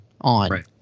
on